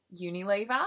Unilever